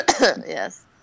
Yes